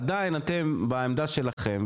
עדיין אתם בעמדה שלכם,